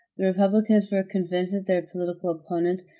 republicans were convinced that their political opponents,